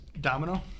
Domino